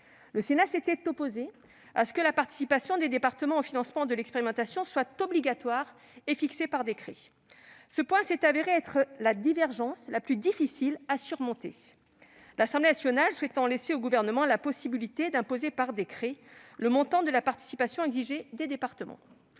Le Sénat s'était opposé à ce que la participation des départements au financement de l'expérimentation soit obligatoire et fixée par décret. Ce point s'est révélé la divergence la plus difficile à surmonter, l'Assemblée nationale souhaitant laisser au Gouvernement la possibilité d'imposer par décret le montant de la participation exigée des départements.